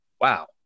wow